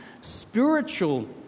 spiritual